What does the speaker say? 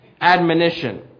admonition